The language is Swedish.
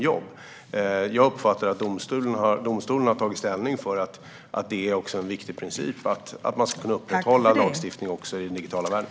Jag uppfattar att domstolarna har tagit ställning för att det är en viktig princip att man ska kunna upprätthålla lagstiftningen också i den digitala världen.